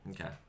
Okay